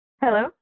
Hello